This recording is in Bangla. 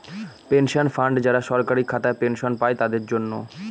পেনশন ফান্ড যারা সরকারি খাতায় পেনশন পাই তাদের জন্য